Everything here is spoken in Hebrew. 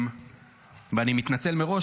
ואני מתנצל מראש,